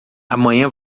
amanhã